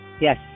Yes